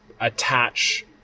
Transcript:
attach